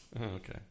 Okay